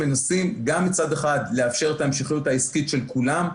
מנסים גם מצד אחד לאפשר את ההמשכיות העסקית של כולם,